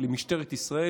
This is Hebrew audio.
למשטרת ישראל,